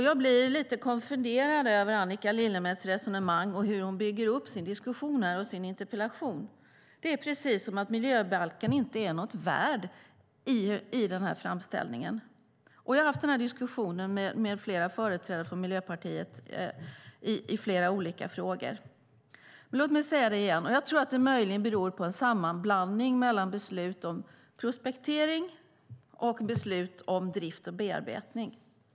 Jag blir lite konfunderad över Annika Lillemets resonemang och hur hon bygger upp sin diskussion och sin interpellation. Det är precis som om miljöbalken inte är något värd. Jag har haft den diskussionen med flera företrädare för Miljöpartiet i flera olika frågor. Låt mig säga det igen: Jag tror att det möjligen beror på en sammanblandning mellan beslut om prospektering och beslut om drift och bearbetning.